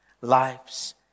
Lives